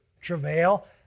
travail